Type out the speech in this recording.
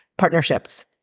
Partnerships